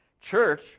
church